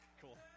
cool